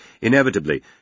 Inevitably